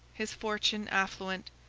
his fortune affluent,